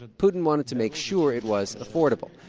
ah putin wanted to make sure it was affordable,